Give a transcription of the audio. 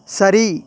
சரி